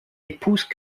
épouse